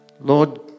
Lord